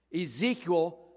Ezekiel